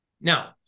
Now